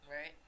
Right